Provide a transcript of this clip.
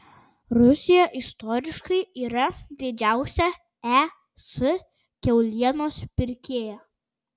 rusija istoriškai yra didžiausia es kiaulienos pirkėja